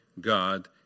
God